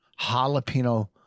Jalapeno